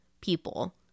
people